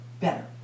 better